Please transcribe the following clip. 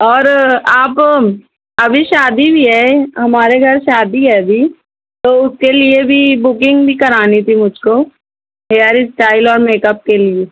اور آپ ابھی شادی بھی ہے ہمارے گھر شادی ہے ابھی تو اس کے لیے بھی بکنگ بھی کرانی تھی مجھ کو ہیئر اسٹائل اور میک اپ کے لیے